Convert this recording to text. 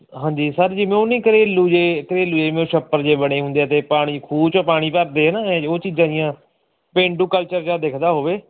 ਹਾਂਜੀ ਸਰ ਜਿਵੇਂ ਉਹ ਨਹੀਂ ਘਰੇਲੂ ਜਿਹੇ ਘਰੇਲੂ ਜੇ ਜਿਵੇਂ ਉਹ ਛੱਪਰ ਜਿਹੇ ਬਣੇ ਹੁੰਦੇ ਆ ਅਤੇ ਪਾਣੀ ਖੂਹ 'ਚੋਂ ਪਾਣੀ ਭਰਦੇ ਆ ਨਾ ਉਹ ਚੀਜ਼ਾਂ ਹੀ ਆ ਪੇਂਡੂ ਕਲਚਰ ਜਿਹਾ ਦਿਖਦਾ ਹੋਵੇ